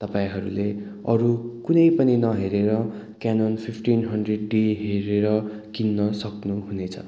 तपाईँहरूले अरू कुनै पनि नहेरेर केनोन फिफ्टिन हन्ड्रेड डी हेरेर किन्न सक्नुहुनेछ